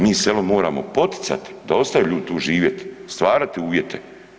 Mi selo moramo poticati, da ostaju ljudi tu živjeti, stvarati uvjete.